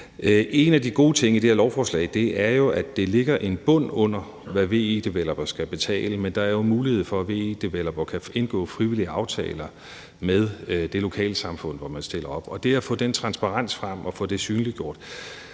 En af de gode ting i det her lovforslag er jo, at det lægger en bund under, hvad VE-developere skal betale, men der er jo mulighed for, at VE-developere kan indgå frivillige aftaler med det lokalsamfund, hvor man stiller anlæg op. Og det at få den transparens frem og få det synliggjort